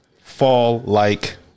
fall-like